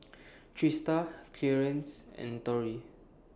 Trista Clearence and Torrie